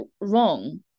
wrong